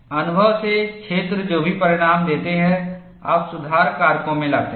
अनुभव से क्षेत्र जो भी परिणाम देते हैं आप सुधार कारकों में लाते हैं